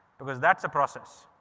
because that's the process.